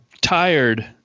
Tired